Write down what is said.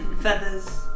Feathers